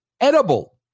edible